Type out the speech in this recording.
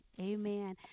Amen